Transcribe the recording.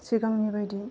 सिगांनि बायदि